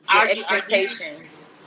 expectations